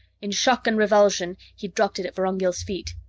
in shock and revulsion, he dropped it at vorongil's feet.